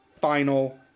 final